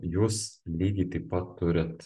jūs lygiai taip pat turit